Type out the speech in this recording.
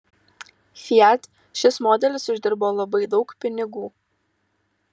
fiat šis modelis uždirbo labai daug pinigų